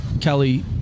Kelly